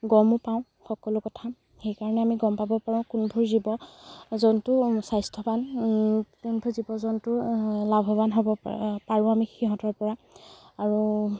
গমো পাওঁ সকলো কথা সেই কাৰণে আমি গম পাব পৰা কোনবোৰ জীৱ জন্তু স্বাস্থ্যবান কোনবোৰ জীৱ জন্তু লাভবান হ'ব পাৰোঁ আমি সিহঁতৰ পৰা আৰু